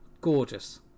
Gorgeous